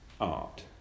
art